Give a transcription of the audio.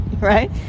right